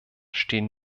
stehen